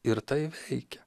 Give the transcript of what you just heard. ir tai veikia